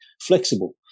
flexible